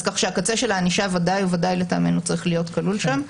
כך שהקצה של הענישה ודאי וודאי לטעמנו צריך להיות כלול שם.